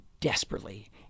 desperately